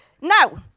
Now